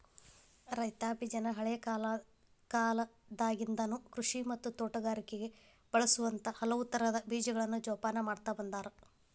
ರೈತಾಪಿಜನ ಹಳೇಕಾಲದಾಗಿಂದನು ಕೃಷಿ ಮತ್ತ ತೋಟಗಾರಿಕೆಗ ಬಳಸುವಂತ ಹಲವುತರದ ಬೇಜಗಳನ್ನ ಜೊಪಾನ ಮಾಡ್ತಾ ಬಂದಾರ